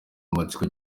amatsiko